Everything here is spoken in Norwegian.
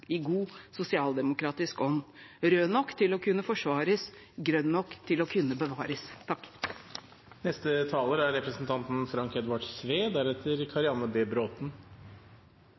i god sosialdemokratisk ånd – rød nok til å kunne forsvares, grønn nok til å kunne bevares.